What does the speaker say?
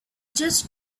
just